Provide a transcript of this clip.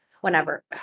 Whenever